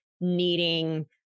needing